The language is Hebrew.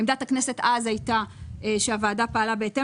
עמדת הכנסת אז הייתה שהוועדה פעלה בהתאם